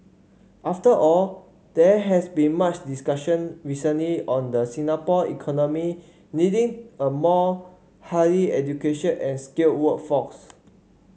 after all there has been much discussion recently on the Singapore economy needing a more highly education and skilled workforce